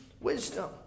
wisdom